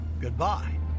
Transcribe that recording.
Goodbye